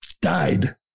died